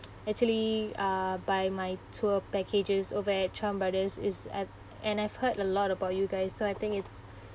actually uh buy my tour packages over at chan brothers is at and I've heard a lot about you guys so I think it's